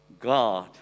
God